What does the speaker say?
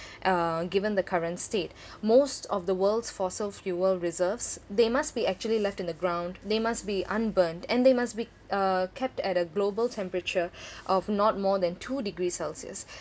uh given the current state most of the world's fossil fuel reserves they must be actually left in the ground they must be unburned and they must be uh kept at a global temperature of not more than two degree celsius